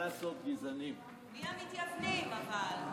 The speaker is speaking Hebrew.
מי המתייוונים, אבל?